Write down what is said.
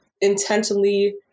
intentionally